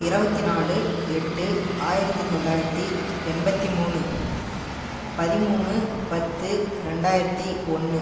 இருபத்தி நாலு எட்டு ஆயிரத்தி தொள்ளாயிரத்தி எண்பத்தி மூணு பதிமூணு பத்து ரெண்டாயிரத்தி ஒன்று